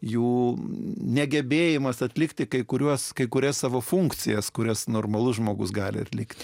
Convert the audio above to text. jų negebėjimas atlikti kai kuriuos kai kurias savo funkcijas kurias normalus žmogus gali atlikti